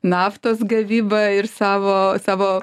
naftos gavybą ir savo savo